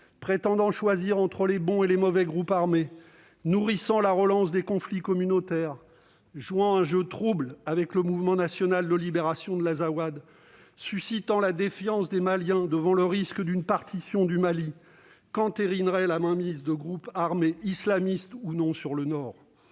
prétendant choisir entre les bons et les mauvais groupes armés, nourrissant la relance des conflits communautaires, jouant un jeu trouble avec le Mouvement national de libération de l'Azawad, suscitant la défiance des Maliens devant le risque d'une partition du pays qu'entérinerait la mainmise de groupes armés islamistes ou non sur le Nord.